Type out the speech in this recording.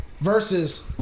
Versus